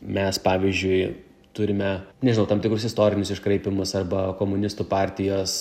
mes pavyzdžiui turime nežinau tam tikrus istorinius iškraipymus arba komunistų partijos